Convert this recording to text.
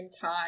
time